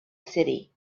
city